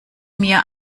mir